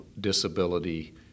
Disability